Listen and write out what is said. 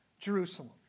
Jerusalem